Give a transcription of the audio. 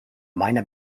meiner